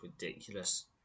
ridiculous